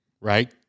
right